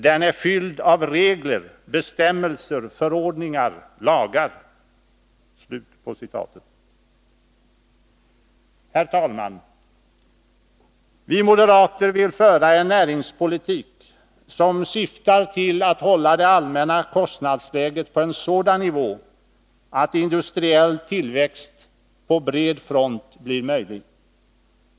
Den är fylld av regler, bestämmelser, förordningar, lagar.” Herr talman! Vi moderater vill föra en näringspolitik som syftar till att hålla det allmänna kostnadsläget på en sådan nivå att industriell tillväxt på bred front blir möjlig.